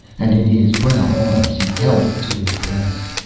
and in his brown arms he held it to his breast.